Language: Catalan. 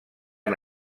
han